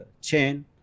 chain